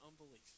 unbelief